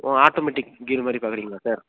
ஓ automatic gear மாதிரி பார்க்குறீங்களா sir